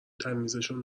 تمیزشون